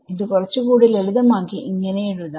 ഇത് കുറച്ചുകൂടി ലളിതമാക്കി ഇങ്ങനെ എഴുതാം